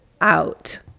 out